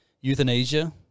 euthanasia